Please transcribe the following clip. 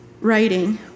writing